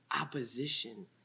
opposition